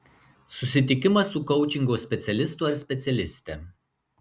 susitikimas su koučingo specialistu ar specialiste